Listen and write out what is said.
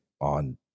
on